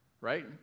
Right